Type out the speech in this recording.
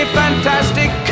fantastic